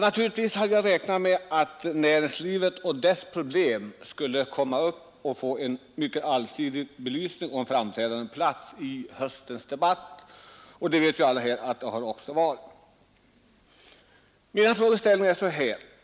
Naturligtvis hade jag räknat med att näringslivet och dess problem skulle få en allsidig belysning och en framträdande plats i höstens remissdebatt, och alla vet att så har blivit fallet.